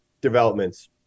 developments